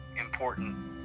important